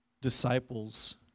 disciples